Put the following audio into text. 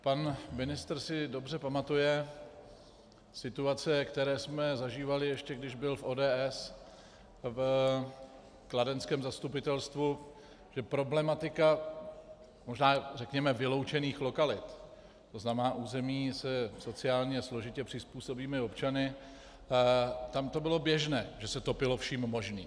Pan ministr si dobře pamatuje situace, které jsme zažívali, ještě když byl v ODS a byl v kladenském zastupitelstvu, že problematika, řekněme, vyloučených lokalit, tzn. území se sociálně složitě přizpůsobivými občany, tam to bylo běžné, že se topilo vším možným.